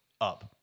up